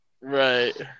Right